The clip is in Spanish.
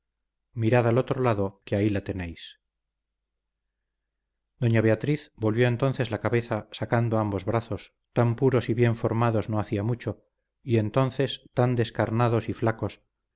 mirad al otro lado que ahí la tenéis doña beatriz volvió entonces la cabeza sacando ambos brazos tan puros y bien formados no hacía mucho y entonces tan descarnados y flacos